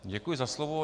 Děkuji za slovo.